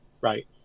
Right